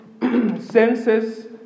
senses